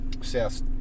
South